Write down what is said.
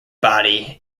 body